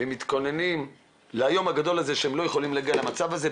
והם לא יכולים להגיע למצב הזה,